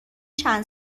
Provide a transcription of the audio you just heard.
چند